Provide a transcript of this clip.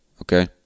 okay